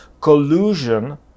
collusion